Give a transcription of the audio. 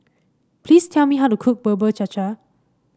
please tell me how to cook Bubur Cha Cha